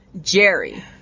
Jerry